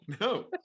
no